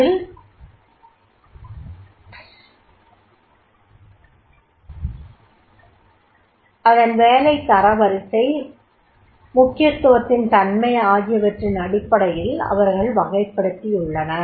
அதில் அதன் வேலைகளை தரவரிசை முக்கியத்துவத்தின் தன்மை ஆகியவற்றின் அடிப்படையில் அவர்கள் வகைப்படுத்தியுள்ளனர்